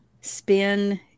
spin